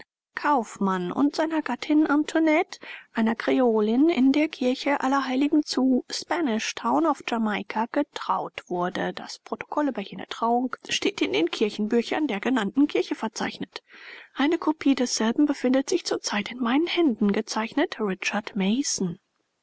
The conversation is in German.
kaufmann und seiner gattin antoinette einer kreolin in der kirche allerheiligen zu spanish town auf jamaika getraut wurde das protokoll über jene trauung steht in den kirchenbüchern der genannten kirche verzeichnet eine kopie desselben befindet sich zur zeit in meinen händen gez richard